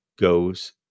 goes